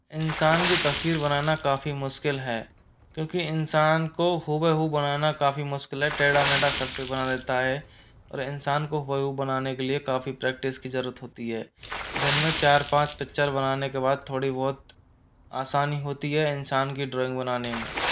इंसान की तस्वीर बनाना काफ़ी मुश्किल है क्योंकि इंसान को हूबहू बनाना काफ़ी मुश्किल है तेडा मेडा सब कोई बना देता है पर इंसान को हूबहू बनाने के लिए काफ़ी प्रेक्टिस की ज़रूरत होती है दिन में चार पाँच पिक्चर बनाने के बाद थोड़ी बहुत आसानी होती है इंसान की ड्राइंग बनाने में